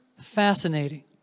fascinating